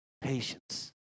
Patience